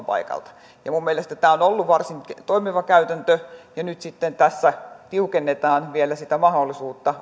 paikalta minun mielestäni tämä on ollut varsin toimiva käytäntö ja nyt sitten tässä tiukennetaan vielä sitä mahdollisuutta